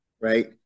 right